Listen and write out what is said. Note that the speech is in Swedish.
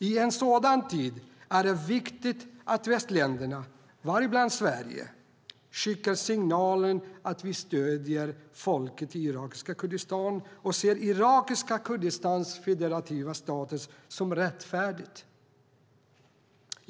I en sådan tid är det viktigt att västländerna, däribland Sverige, skickar signalen att vi stöder folket i irakiska Kurdistan och ser irakiska Kurdistans federativa status som rättfärdig.